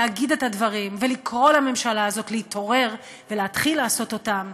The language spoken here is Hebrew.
להגיד את הדברים ולקרוא לממשלה הזאת להתעורר ולהתחיל לעשות אותם,